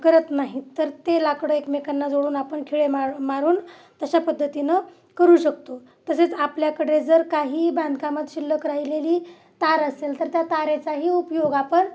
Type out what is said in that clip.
करत नाहीत तर ते लाकडं एकमेकांना जोडून आपण खिळे मार मारून तशा पद्धतीनं करू शकतो तसेच आपल्याकडे जर काही बांधकामात शिल्लक राहिलेली तार असेल तर त्या तारेचाही उपयोग आपण